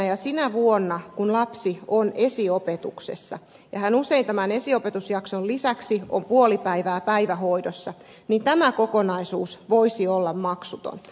ja sinä vuonna kun lapsi on esiopetuksessa hän usein tämän esiopetusjakson lisäksi on puoli päivää päivähoidossa tämä kokonaisuus voisi olla maksuton